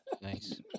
Nice